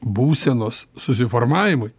būsenos susiformavimui